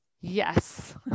yes